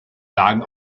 lagen